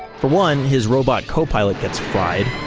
for one, his robot copilot gets fried